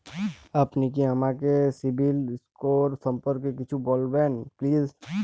আপনি কি আমাকে সিবিল স্কোর সম্পর্কে কিছু বলবেন প্লিজ?